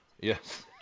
yes